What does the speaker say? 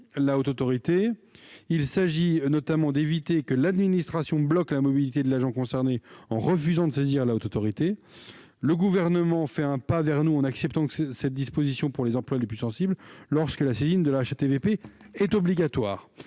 lui-même la HATVP. Il s'agit, notamment, d'éviter que l'administration ne bloque la mobilité de l'agent concerné en refusant de saisir le HATVP. Le Gouvernement fait un pas vers nous en acceptant cette disposition pour les emplois les plus sensibles, lorsque la saisine de la HATVP est obligatoire.